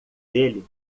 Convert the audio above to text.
dele